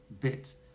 bit